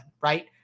right